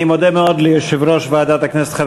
אני מודה מאוד ליושב-ראש ועדת הכנסת חבר